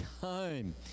time